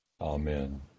Amen